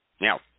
now